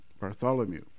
Bartholomew